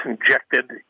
injected